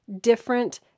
different